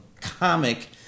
comic